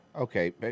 Okay